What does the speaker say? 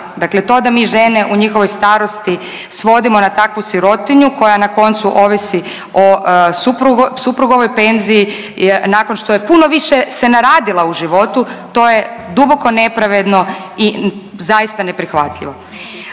Dakle, to da mi žene u njihovoj starosti svodimo na takvu sirotinju koja na koncu ovisi o suprugovoj penziji nakon što je puno više se naradila u životu to je duboko nepravedno i zaista neprihvatljivo.